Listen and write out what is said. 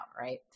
right